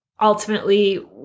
ultimately